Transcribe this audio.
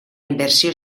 inversió